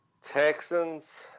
Texans